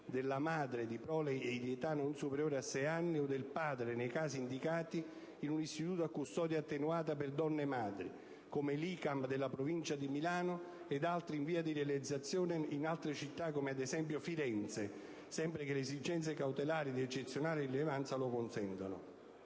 della madre di prole di età non superiore ai sei anni o del padre nei casi indicati in un istituto a custodia attenuata per detenute madri (come l'ICAM della Provincia di Milano ed altri in via di realizzazione in altre città, ad esempio Firenze), sempre che le esigenze cautelari di eccezionale rilevanza lo consentano.